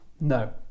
no